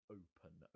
open